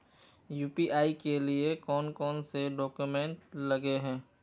UPI के लिए कौन कौन से डॉक्यूमेंट लगे है?